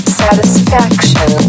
satisfaction